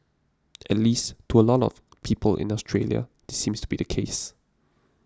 at least to a lot of people in Australia this seems to be the case